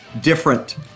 different